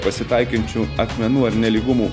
pasitaikančių akmenų ar nelygumų